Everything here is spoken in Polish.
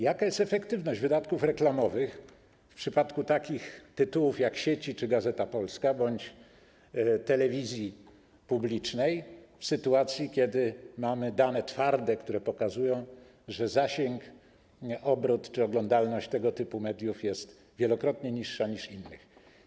Jaka jest efektywność wydatków reklamowych w przypadku takich tytułów jak „Sieci” czy „Gazeta Polska” bądź telewizji publicznej w sytuacji, kiedy mamy dane twarde, które pokazują, że zasięg, obrót czy oglądalność tego typu mediów są wielokrotnie mniejsze niż innych?